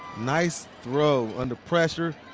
nice throw under pressure.